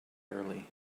early